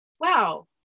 wow